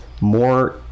more